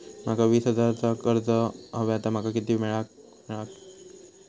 माका वीस हजार चा कर्ज हव्या ता माका किती वेळा क मिळात?